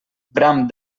bram